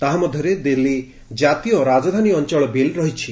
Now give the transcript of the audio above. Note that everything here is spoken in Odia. ତାହା ମଧ୍ୟରେ ଦିଲ୍ଲୀ କାତୀୟ ରାଜଧାନୀ ଅଞ୍ଚଳ ବିଲ୍ ରହିଛି